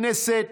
הכנסת,